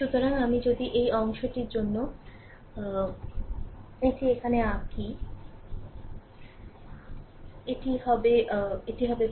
সুতরাং আমি যদি এই অংশটির জন্য এটি এখানে আঁকি এটি হবে এটি হবে